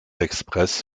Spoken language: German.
express